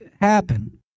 happen